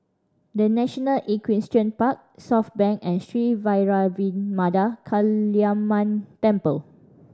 The National Equestrian Park Southbank and Sri Vairavimada Kaliamman Temple